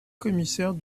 commissaire